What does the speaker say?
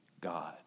God